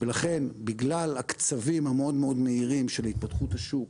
ולכן בגלל הקצבים המאוד מאוד מהירים של התפתחות השוק